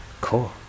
Cool